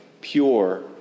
pure